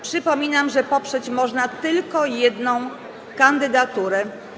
Przypominam, że poprzeć można tylko jedną kandydaturę.